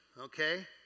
okay